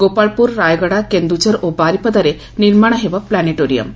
ଗୋପାଳପୁର ରାୟଗଡ଼ା କେନ୍ଦୁଝର ଓ ବାରିପଦାରେ ନିର୍ମାଣ ହେବ ପ୍ନାନେଟୋରିୟମ୍